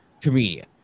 comedian